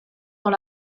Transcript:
dans